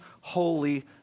Holy